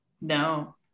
No